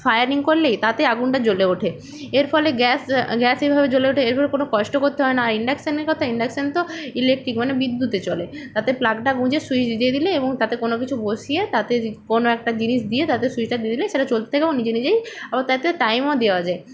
firing করলে তাতে আগুনটা জ্বলে ওঠে এর ফলে গ্যাস গ্যাস এইভাবে জ্বলে ওঠে এইভাবে কোনো কষ্ট করতে হয় না ইন্ডাকশানের কথা ইন্ডাকশান তো ইলেকট্রিক মানে বিদ্যুতে চলে তাতে প্ল্যাগটা গুজে সুইচ দিয়ে দিলেই এবং তাতে কোন কিছু বসিয়ে তাতে জি কোন একটা জিনিস দিয়ে তাতে সুইচটা দিয়ে দিলেই সেটা চলতে থাকে এবং নিজে নিজেই আবার তাতে টাইমও দেওয়া যায়